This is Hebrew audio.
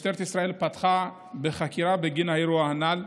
משטרת ישראל פתחה בחקירה בגין האירוע הנ"ל.